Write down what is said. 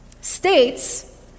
states